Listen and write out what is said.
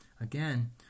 again